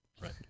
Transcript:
right